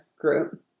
group